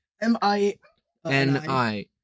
M-I-N-I